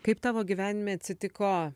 kaip tavo gyvenime atsitiko